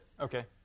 Okay